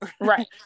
right